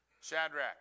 Shadrach